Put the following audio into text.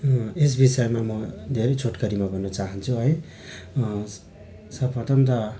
यस विषयमा म धेरै छोटकरीमा भन्न चाहन्छु है सर्वप्रथम त